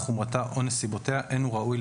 חומרתה או נסיבותיה אין הוא ראוי,